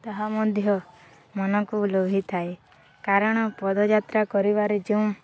ତାହା ମଧ୍ୟ ମନକୁ ଲୋଭଥାଏ କାରଣ ପଦଯାତ୍ରା କରିବାରେ ଯେଉଁ